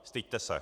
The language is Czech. Styďte se!